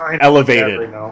elevated